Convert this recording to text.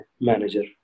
manager